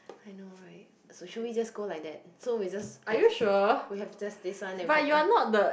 I know right so should we just go like that so we just have we have just this one then we